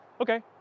Okay